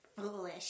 Foolish